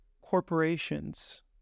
corporations